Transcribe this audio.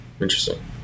Interesting